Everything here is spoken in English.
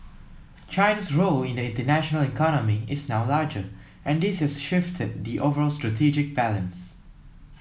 China's role in the international economy is now larger and this has shifted the overall strategic balance